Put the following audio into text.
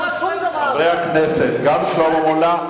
חברי הכנסת, גם שלמה מולה,